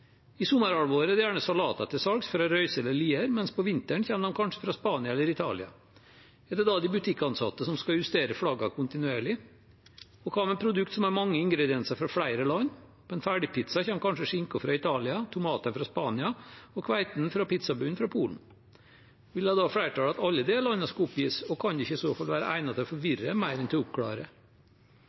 I sommerhalvåret er det gjerne salater til salgs fra Røyse eller Lier, men på vinteren kommer de kanskje fra Spania eller Italia. Skal da de butikkansatte justere flaggene kontinuerlig? Og hva med produkter som har mange ingredienser fra flere land? I en ferdigpizza kommer kanskje skinken fra Italia, tomatene fra Spania og hveten i pizzabunnen fra Polen. Vil flertallet at alle disse landene skal oppgis, og kan det ikke i så fall være egnet til å forvirre mer enn til å oppklare?